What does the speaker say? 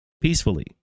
peacefully